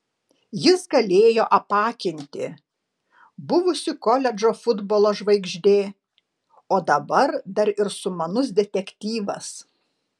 jis galėjo apakinti buvusi koledžo futbolo žvaigždė o dabar dar ir sumanus detektyvas